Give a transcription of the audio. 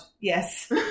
Yes